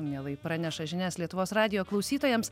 mielai praneša žinias lietuvos radijo klausytojams